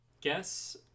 Guess